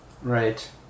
Right